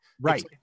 Right